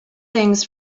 things